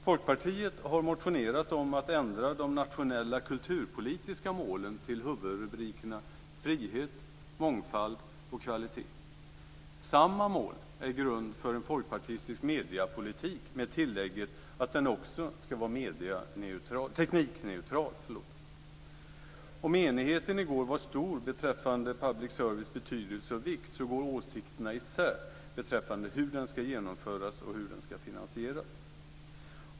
Folkpartiet har motionerat om att ändra de nationella kulturpolitiska målen till huvudrubrikerna: Frihet, mångfald och kvalitet. Samma mål är grund för en folkpartistisk mediepolitik med tillägget att den också ska vara teknikneutral. Om enigheten i går var stor beträffande public service betydelse och vikt, så går åsikterna i sär beträffande hur den ska genomföras och finansieras.